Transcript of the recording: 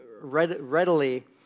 readily